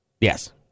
Yes